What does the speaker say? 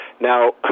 Now